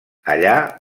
allà